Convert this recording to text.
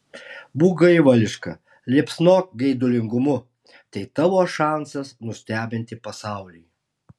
būk gaivališka liepsnok geidulingumu tai tavo šansas nustebinti pasaulį